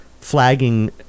flagging